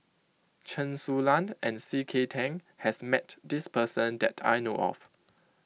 Chen Su Lan and C K Tang has met this person that I know of